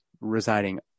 residing